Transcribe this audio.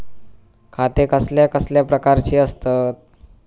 खाते कसल्या कसल्या प्रकारची असतत?